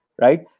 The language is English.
right